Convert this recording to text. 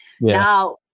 Now